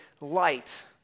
light